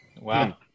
wow